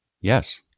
Yes